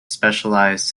specialized